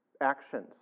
actions